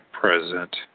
present